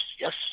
yes